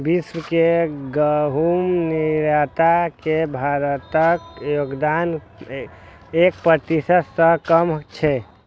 विश्व के गहूम निर्यात मे भारतक योगदान एक प्रतिशत सं कम छै